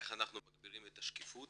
איך אנחנו מגבירים את השקיפות